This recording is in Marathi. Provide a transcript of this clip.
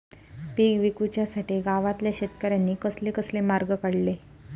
पीक विकुच्यासाठी गावातल्या शेतकऱ्यांनी कसले कसले मार्ग काढले?